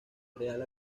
real